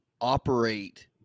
operate